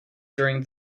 during